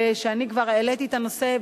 ואני כבר העליתי את הנושא,